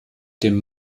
dem